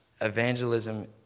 evangelism